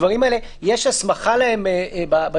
לדברים האלה יש הסמכה בהצעה,